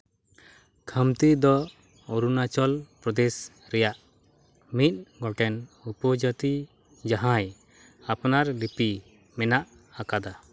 ᱠᱷᱟᱢᱛᱤ ᱫᱚ ᱚᱨᱩᱱᱟᱪᱚᱞ ᱯᱨᱚᱫᱮᱹᱥ ᱨᱮᱭᱟᱜ ᱢᱤᱫ ᱜᱚᱴᱮᱱ ᱩᱯᱚᱡᱟᱹᱛᱤ ᱡᱟᱦᱟᱸᱭ ᱟᱯᱱᱟᱨ ᱞᱤᱯᱤ ᱢᱮᱱᱟᱜ ᱟᱠᱟᱫᱟ